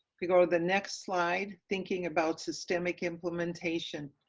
if you go to the next slide, thinking about systemic implementation.